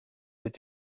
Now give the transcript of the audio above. mit